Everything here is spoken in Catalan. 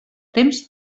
temps